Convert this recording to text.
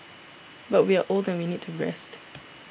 but we are old and we need to rest